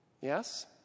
Yes